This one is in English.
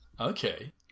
Okay